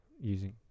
using